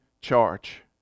charge